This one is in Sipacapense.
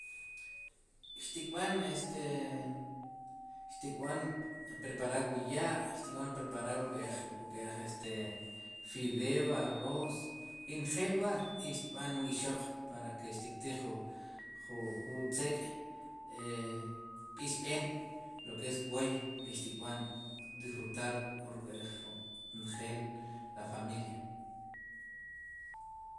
Xtik b'an e preparar wu ya' xtik b'an preparar wu wunk'ej k'ej este fideo arroz i njel wa' xb'an wu ixoq para ke xtiktij jun tzeek' b'isb'em lo ke es woy ki kb'an disfrutar ruk'jab'njel la familia.